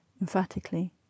emphatically